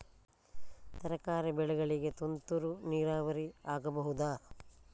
ತರಕಾರಿ ಬೆಳೆಗಳಿಗೆ ತುಂತುರು ನೀರಾವರಿ ಆಗಬಹುದಾ?